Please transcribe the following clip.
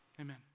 Amen